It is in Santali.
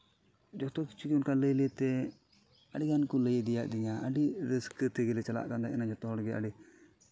ᱡᱚᱛᱚ ᱠᱤᱪᱷᱩ ᱜᱮ ᱚᱱᱠᱟ ᱞᱟᱹᱭ ᱞᱟᱹᱭᱛᱮ ᱟᱹᱰᱤ ᱜᱟᱱ ᱠᱚ ᱞᱟᱹᱭ ᱤᱫᱤᱧᱟ ᱫᱤᱧᱟ ᱟᱹᱰᱤ ᱨᱟᱹᱥᱠᱟᱹ ᱛᱮᱜᱮᱞᱮ ᱪᱟᱞᱟᱜ ᱠᱟᱱ ᱛᱟᱦᱮᱱᱟ ᱡᱚᱛᱚ ᱦᱚᱲ ᱜᱮ ᱟᱹᱰᱤ